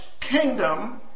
kingdom